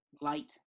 light